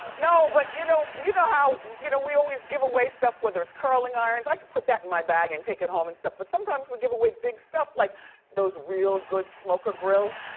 no, but you know, you know how you know we always give away stuff, whether it's curling irons, i could put that in my bag and take it home and stuff, but sometimes we give away big stuff like those real good smoker grills.